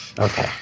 Okay